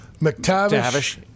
McTavish